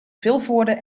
vilvoorde